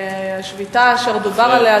והשביתה אשר דובר עליה,